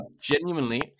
Genuinely